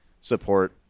support